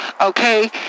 okay